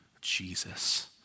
Jesus